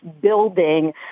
building